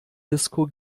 disco